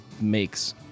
makes